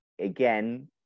again